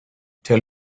tell